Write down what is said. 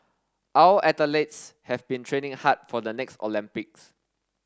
our athletes have been training hard for the next Olympics